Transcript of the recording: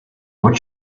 what